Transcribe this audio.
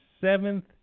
seventh